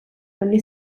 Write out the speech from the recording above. only